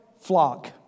flock